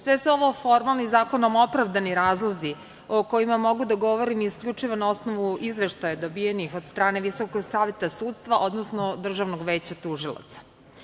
Sve su ovo formalni, zakonom opravdani razlozi o kojima mogu da govorim isključivo na osnovu izveštaja dobijenih od strane Visokog saveta sudstva, odnosno Državnog veća tužilaca.